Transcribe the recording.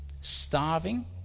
starving